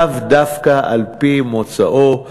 לאו דווקא על-פי מוצאו,